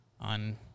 on